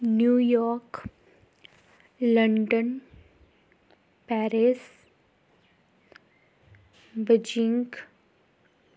New York London Paris Beijing Tokyo